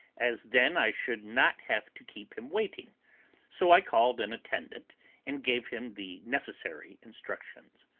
as then i should not have to keep him waiting so i called an attendant and gave him the necessary instructions.